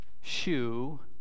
shoe